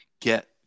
get